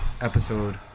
episode